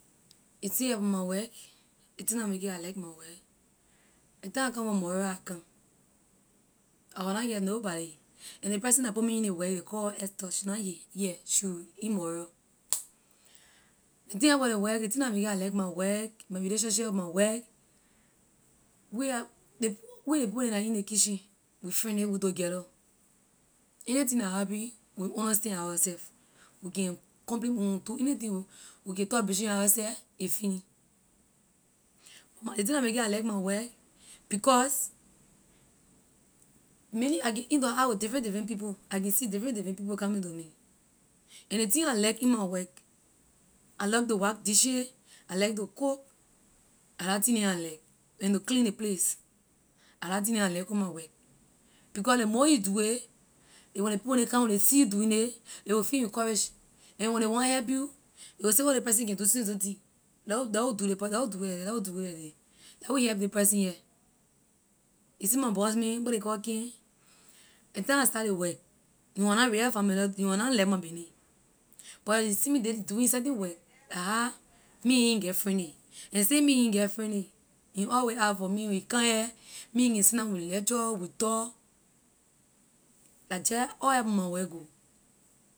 Ley thing about my work ley la make it I like my work ley time I come from monrovia I come I was na get nobody and ley person la put in ley work ley call esther, she na he- here she in monrovia. ley thing about ley work ley thing la make it I like my work my relationship with my work we la ley peo- we ley people neh la in ley kitchen we friendly we together anything la happen we understand ourself we can compli- when we do anything we can talk between ourself a finish but ley thing la make it I like my work because many I can interact with different different people I can see different different people coming to me and ley thing I like in my work I like to wash dishes I like to cook la la thing neh I like and to clean ley place la la thing neh I like on my work because ley more you do it when ley people neh come ley see you doing it ley will feel encourage and when ley want help you ley will say oh ley person can do so so and so thing leh we leh we leh we do ley per- leh we do it like this leh we do it like this leh we help ley person here you see my boss man where ley call ken ley time I start ley work he was na real familiar he wor na like my business but he see me di- doing certain work la how me and he get friendly and since me and he get friendly he always ask for me when he come here me and he can sit down we lecture we talk la jeh all about my work ho.